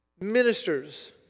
Ministers